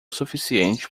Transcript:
suficiente